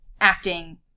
acting